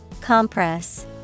Compress